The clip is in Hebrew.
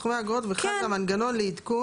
(ב) בסעיף קטן (ד),